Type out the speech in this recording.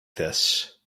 this